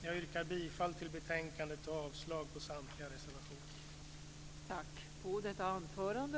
Jag yrkar bifall till utskottets förslag i betänkandet och avslag på samtliga reservationer.